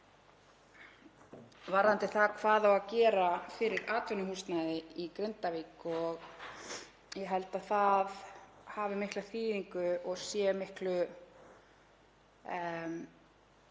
varðandi það hvað á að gera fyrir atvinnuhúsnæði í Grindavík. Ég held að það hafi mikla þýðingu og sé miklu